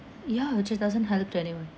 ya just doesn't help anyone